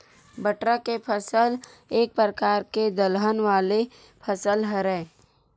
बटरा के फसल एक परकार के दलहन वाले फसल हरय